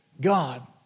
God